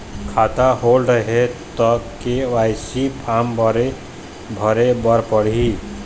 खाता होल्ड हे ता के.वाई.सी फार्म भरे भरे बर पड़ही?